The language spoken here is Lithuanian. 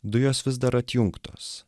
dujos vis dar atjungtos